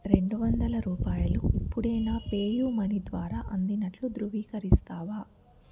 రెండు వందల రూపాయలు ఇప్పుడే నా పేయూమనీ ద్వారా అందినట్లు ధృవీకరిస్తావా